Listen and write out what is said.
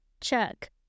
check